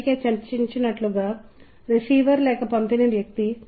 కాబట్టి భావోద్వేగాలు మరియు చికిత్స సందర్భంలో సంగీతం చాలా పాత్ర పోషిస్తుంది